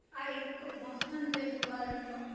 આ એક વાહનવ્યવહારનો